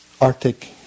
arctic